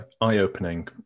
Eye-opening